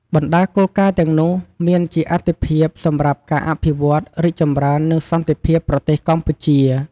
បណ្តាគោលការណ៍ទាំងនោះមានជាអាទិភាព សម្រាប់ការអភិវឌ្ឍ រីកចម្រើននិងសន្តិភាពប្រទេសកម្ពុជា។